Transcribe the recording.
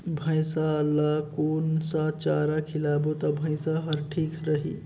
भैसा ला कोन सा चारा खिलाबो ता भैंसा हर ठीक रही?